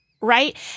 Right